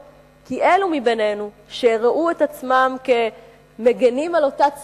כי אלו מבינינו שראו את עצמם כמגינים על אותה ציונות,